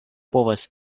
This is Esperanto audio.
povas